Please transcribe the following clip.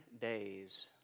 days